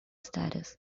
status